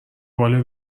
بالا